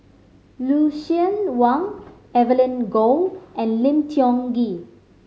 Lucien Wang Evelyn Goh and Lim Tiong Ghee